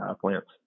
plants